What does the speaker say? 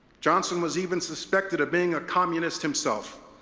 johnson was even suspected of being a communist himself.